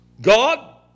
God